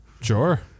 Sure